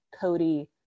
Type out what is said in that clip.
cody